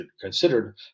considered